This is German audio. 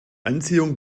anziehung